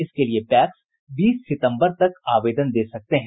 इसके लिए पैक्स बीस सितम्बर तक आवेदन दे सकते हैं